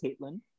caitlin